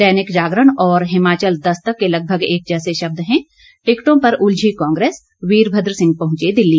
दैनिक जागरण और हिमाचल दस्तक के लगभग एक जैसे शब्द हैं टिकटों पर उलझी कांग्रेस वीरभद्र सिंह पहुंचे दिल्ली